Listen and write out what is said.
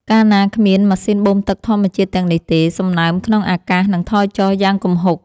កាលណាគ្មានម៉ាស៊ីនបូមទឹកធម្មជាតិទាំងនេះទេ សំណើមក្នុងអាកាសនឹងថយចុះយ៉ាងគំហុក។